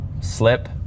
slip